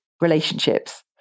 relationships